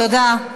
תודה.